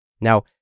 Now